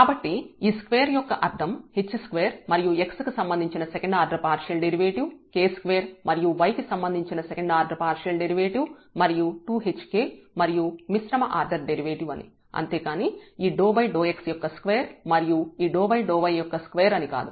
కాబట్టి ఈ స్క్వేర్ యొక్క అర్థం h2 మరియు x కి సంబంధించిన second order partial derivative k2 మరియు y కి సంబంధించిన సెకండ్ ఆర్డర్ పార్షియల్ డెరివేటివ్ మరియు 2hk మరియు మిశ్రమ ఆర్డర్ డెరివేటివ్ అని అంతేకానీ ఈ ∂x యొక్క స్క్వేర్ మరియు ఈ ∂y యొక్క స్క్వేర్ అని కాదు